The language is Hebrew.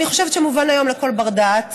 אני חושבת שמובן היום לכל בר-דעת